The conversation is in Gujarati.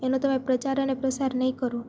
એનો તમે પ્રચાર અને પ્રસાર નહીં કરો